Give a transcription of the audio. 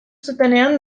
zutenean